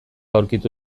aurkitu